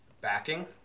backing